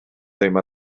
ddim